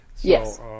Yes